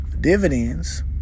dividends